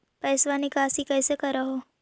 पैसवा निकासी कैसे कर हो?